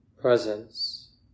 presence